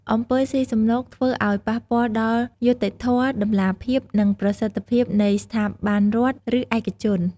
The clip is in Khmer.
អំពើស៊ីសំណូកធ្វើឲ្យប៉ះពាល់ដល់យុត្តិធម៌ តម្លាភាព និងប្រសិទ្ធភាពនៃស្ថាប័នរដ្ឋ ឬឯកជន។